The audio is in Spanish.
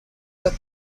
god